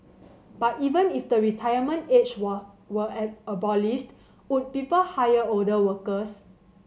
but even if the retirement age were were an abolished would people hire older workers